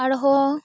ᱟᱨᱦᱚᱸ